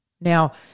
Now